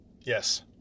Yes